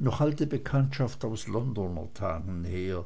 noch alte bekanntschaft aus londoner tagen her